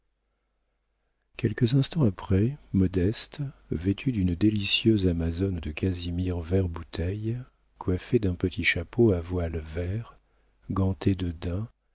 quelques instants après modeste vêtue d'une délicieuse amazone de casimir vert-bouteille coiffée d'un petit chapeau à voile vert gantée de daim